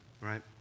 right